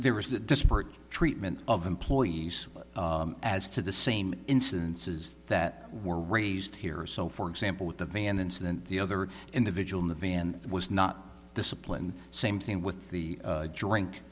there was a disparate treatment of employees as to the same incidences that were raised here so for example with the van incident the other individual in the van was not disciplined same thing with the drink